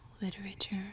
Literature